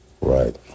Right